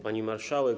Pani Marszałek!